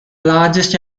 largest